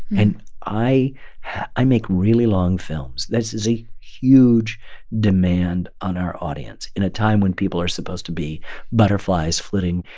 and i i make really long films. this is a huge demand on our audience in a time when people are supposed to be butterflies flitting,